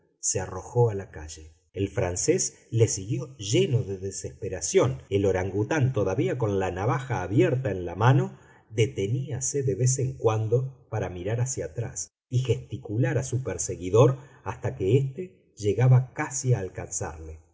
se arrojó a la calle el francés le siguió lleno de desesperación el orangután todavía con la navaja abierta en la mano deteníase de vez en cuando para mirar hacia atrás y gesticular a su perseguidor hasta que éste llegaba casi a alcanzarle